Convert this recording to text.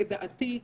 לדעתי,